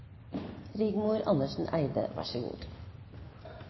Rigmor Andersen Eide.